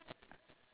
so often